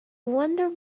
wonder